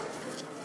טענותיהם,